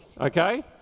okay